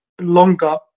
longer